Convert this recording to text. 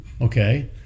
Okay